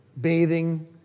bathing